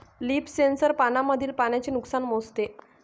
leaf sensor पानांमधील पाण्याचे नुकसान मोजते